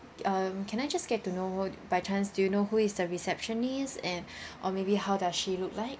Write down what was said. um can I just get to know who~ by chance do you know who is the receptionists and or maybe how does she look like